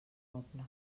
poble